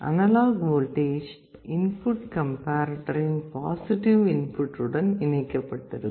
analogue voltage input கம்பேர்ரேட்டரின் positive input உடன் இணைக்கப்பட்டிருக்கும்